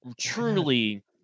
truly